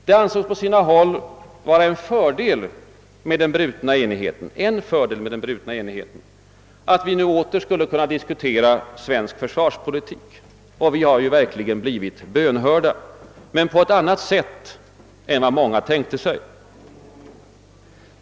Det ansågs på sina håll vara en fördel med den brutna enigheten att vi nu åter skulle kunna diskutera svensk försvarspolitik, och vi har verkligen blivit bönhörda, men på ett annat sätt än många tänkte sig.